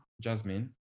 Jasmine